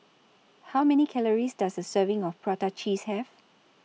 How Many Calories Does A Serving of Prata Cheese Have